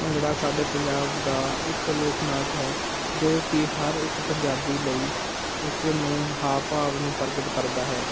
ਭੰਗੜਾ ਸਾਡੇ ਪੰਜਾਬ ਦਾ ਇੱਕ ਲੋਕ ਨਾਚ ਹੈ ਜੋ ਕਿ ਹਰ ਇੱਕ ਪੰਜਾਬੀ ਲਈ ਉਸ ਨੂੰ ਹਾਵ ਭਾਵ ਨੂੰ ਪ੍ਰਗਟ ਕਰਦਾ ਹੈ